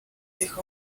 tych